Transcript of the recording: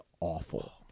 awful